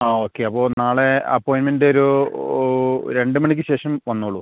ആ ഓക്കെ അപ്പോൾ നാളെ അപ്പോയിൻമെന്റ് ഒരു രണ്ട് മണിക്ക് ശേഷം വന്നോളൂ